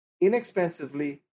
inexpensively